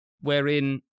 wherein